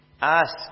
Ask